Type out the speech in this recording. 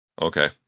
Okay